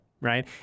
Right